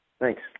Thanks